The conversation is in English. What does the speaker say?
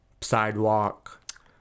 sidewalk